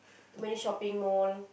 too many shopping mall